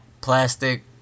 Plastic